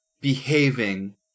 behaving